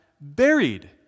buried